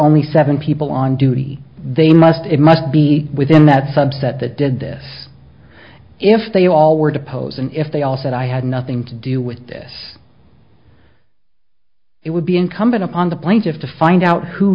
only seven people on duty they must it must be within that subset that did this if they all were deposed and if they all said i had nothing to do with this it would be incumbent upon the plane to find out who